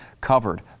covered